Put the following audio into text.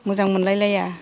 मोजां मोनलाय लाया